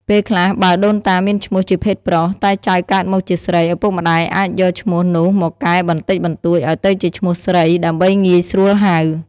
ពេលខ្លះ បើដូនតាមានឈ្មោះជាភេទប្រុស តែចៅកើតមកជាស្រី ឪពុកម្តាយអាចយកឈ្មោះនោះមកកែបន្តិចបន្តួចឱ្យទៅជាឈ្មោះស្រី ដើម្បីងាយស្រួលហៅ។